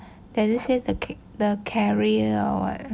daddy say the cake the carrier or what